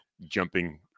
jumping